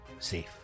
safe